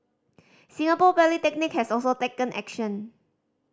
Singapore Polytechnic has also taken action